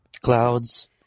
clouds